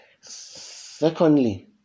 Secondly